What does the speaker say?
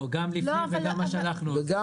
גם לפני וגם מה שאנחנו עושים, התנסות חווייתית.